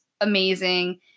amazing